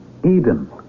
Eden